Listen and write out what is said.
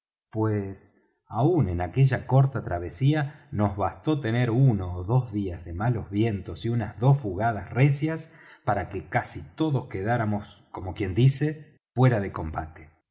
pues aun en aquella corta travesía nos bastó tener uno ó dos días de malos vientos y unas dos fugadas recias para que casi todos quedáramos como quien dice fuera de combate